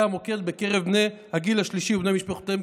המוקד בקרב בני הגיל השלישי ובני משפחותיהם,